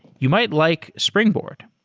you might like springboard.